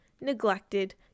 neglected